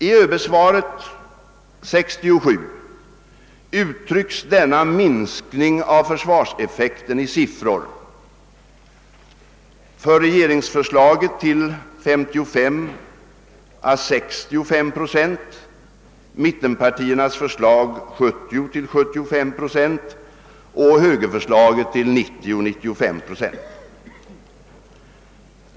I utredning ÖB 67 uttrycks denna minskning av försvarseffekten i siffror: för regeringsförslaget till 55 å 65 procent, för mittenpartiernas förslag till 70 å 75 procent och för högerförslaget till 90 å 95 procent.